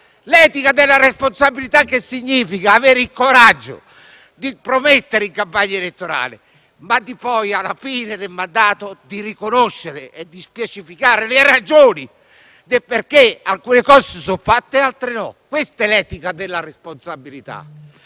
L'etica della responsabilità significa avere il coraggio di promettere in campagna elettorale e alla fine del mandato riconoscere e specificare le ragioni per cui alcune cose sono fatte e altre no. Questa è l'etica della responsabilità,